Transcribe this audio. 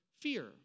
fear